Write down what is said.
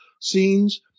scenes